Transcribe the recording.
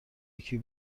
یکی